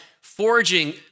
forging